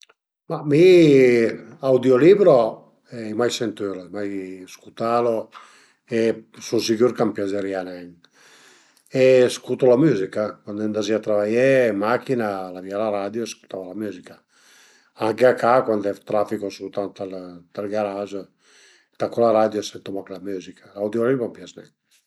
Ma mi audiolibro ai mai sentülu, ai mai scutalu e sun sicür ch'a m'piazerìa nen e scutu la müzica, cuand andazìa travaié ën macchina al avìa la radio e scutava la müzica, anche a ca cuand traficu suta ënt ël garage, tacu la radio e sentu mach la müzica, l'audiolibro a m'pias nen